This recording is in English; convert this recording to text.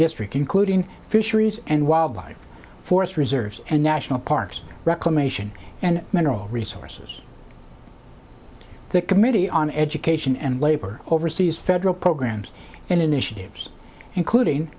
district including fisheries and wildlife forest reserves and national parks reclamation and mineral resources the committee on education and labor overseas federal programs and initiatives including